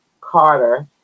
carter